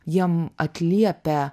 jiem atliepia